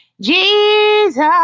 Jesus